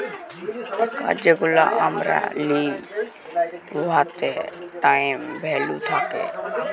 টাকা যেগলা আমরা লিই উয়াতে টাইম ভ্যালু থ্যাকে